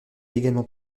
également